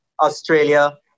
Australia